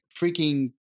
freaking